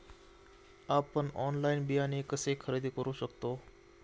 आपण ऑनलाइन बियाणे कसे खरेदी करू शकतो?